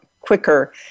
quicker